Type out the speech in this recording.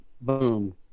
boom